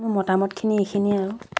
মোৰ মতামতখিনি এইখিনিয়ে আৰু